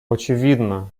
очевидно